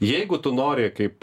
jeigu tu nori kaip